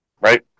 Right